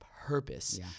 purpose